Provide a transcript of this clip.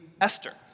Esther